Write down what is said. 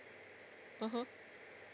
mmhmm